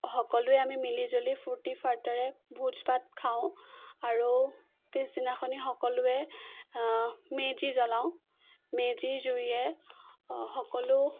সকলোৱে আমি মিলিজুলি ফুৰ্ত্তি ফাৰ্তাৰে ভোজ ভাত খাওঁ আৰু পিছদিনাখনি সকলোৱে মেজি জ্বলাওঁ মেজিৰ জুয়ে সকলো